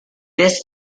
this